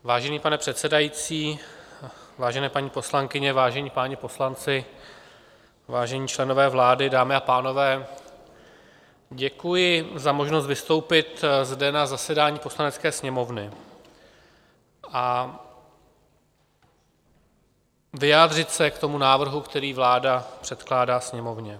Vážený pane předsedající, vážené paní poslankyně, vážení páni poslanci, vážení členové vlády, dámy a pánové, děkuji za možnost vystoupit zde na zasedání Poslanecké sněmovny a vyjádřit se k tomu návrhu, který vláda předkládá Sněmovně.